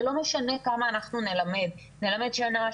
זה לא משנה כמה אנחנו נלמד נלמד שנה,